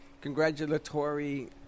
congratulatory